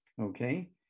Okay